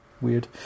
Weird